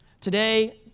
Today